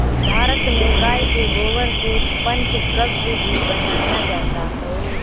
भारत में गाय के गोबर से पंचगव्य भी बनाया जाता है